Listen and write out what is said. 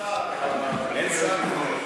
אין שר.